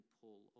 pull